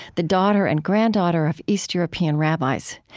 the daughter and granddaughter of east european rabbis.